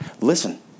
Listen